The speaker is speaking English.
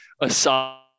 aside